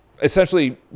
Essentially